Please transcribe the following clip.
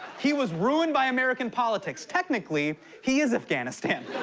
he was ruined by american politics. technically, he is afghanistan.